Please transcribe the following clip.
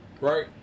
Right